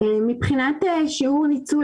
מבחינת שיעור ניצול